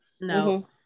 No